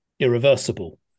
Irreversible